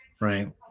right